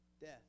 death